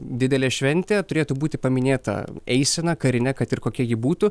didelė šventė turėtų būti paminėta eisena karine kad ir kokia ji būtų